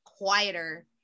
quieter